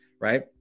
right